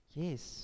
yes